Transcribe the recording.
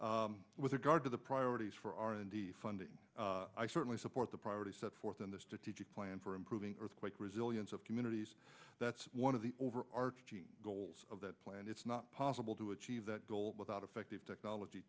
s with regard to the priorities for r and d funding i certainly support the priorities set forth in the strategic plan for improving earthquake resilience of communities that's one of the overarching goals of that plan it's not possible to achieve that goal without effective technology